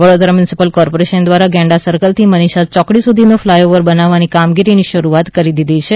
Vadodara municipal corporation દ્વારા Genda circle થી મનીષા ચોકડી સુધીનો ફ્લાય ઓવર બનાવવાની કામગીરીની શરૂઆત કરી દીધી છે